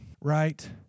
right